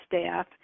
staff